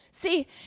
See